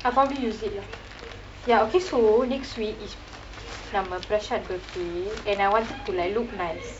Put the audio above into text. I'll probably use it lah ya okay so next week is நம்ம:namma prashad birthday and I wanted to like look nice